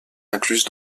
incluses